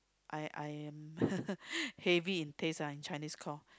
I I'm heavy in taste ah in Chinese called